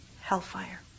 Hellfire